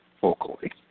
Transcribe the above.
vocally